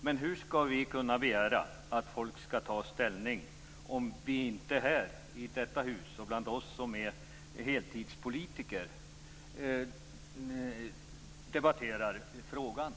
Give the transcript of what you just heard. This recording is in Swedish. Men hur skall vi kunna begära att människor skall ta ställning, om inte vi heltidspolitiker i detta hus debatterar frågan?